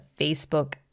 Facebook